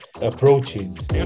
approaches